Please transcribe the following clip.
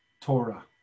Torah